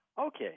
Okay